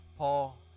Paul